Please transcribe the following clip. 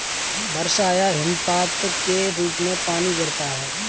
वर्षा या हिमपात के रूप में पानी गिरता है